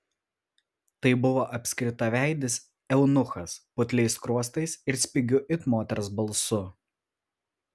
tai buvo apskritaveidis eunuchas putliais skruostais ir spigiu it moters balsu